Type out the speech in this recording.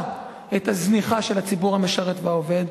את הזניחה של הציבור המשרת והעובד?